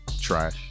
trash